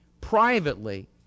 privately